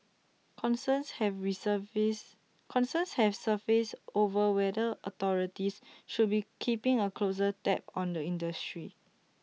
concerns have resurfaced concerns have surfaced over whether authorities should be keeping A closer tab on the industry